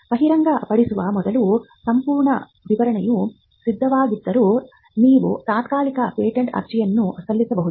ಬಹಿರಂಗಪಡಿಸುವ ಮೊದಲು ಸಂಪೂರ್ಣ ವಿವರಣೆಯು ಸಿದ್ಧವಾಗದಿದ್ದರೂ ನೀವು ತಾತ್ಕಾಲಿಕ ಪೇಟೆಂಟ್ ಅರ್ಜಿಯನ್ನು ಸಲ್ಲಿಸಬಹುದು